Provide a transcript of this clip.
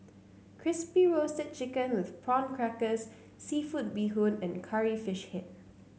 Crispy Roasted Chicken with Prawn Crackers seafood Bee Hoon and Curry Fish Head